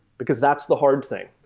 because that's the hard thing.